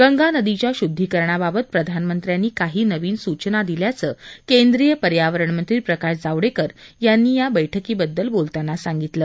गंगा नदीच्या शुद्धीकरणाबाबत प्रधानमंत्र्यांनी काही नवीन सूचना दिल्याचं केंद्रीय पर्यावरणमंत्री प्रकाश जावडेकर यांनी या बैठकीबद्दल बोलताना सांगितलं